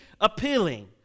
appealing